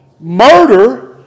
Murder